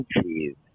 cheese